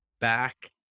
back